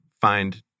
find